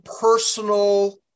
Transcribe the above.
personal